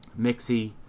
Mixie